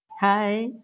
Hi